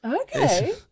Okay